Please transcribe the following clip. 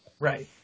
Right